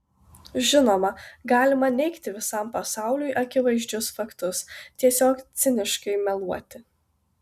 žinoma galima neigti visam pasauliui akivaizdžius faktus tiesiog ciniškai meluoti